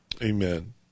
Amen